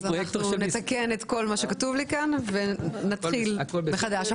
נתקן את מה שכתוב לי כאן ונתחיל מחדש.